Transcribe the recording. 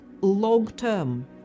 long-term